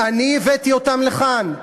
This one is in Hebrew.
אני הבאתי אותם לכאן?